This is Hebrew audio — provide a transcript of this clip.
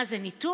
מה זה, ניתוק?